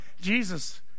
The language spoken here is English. Jesus